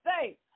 say